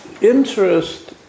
Interest